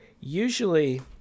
usually